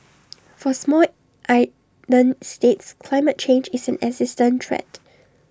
for small island states climate change is an existential threat